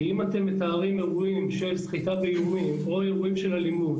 כי אם אתם מתארים אירועים של סחיטה באלימות או אירועים של אלימות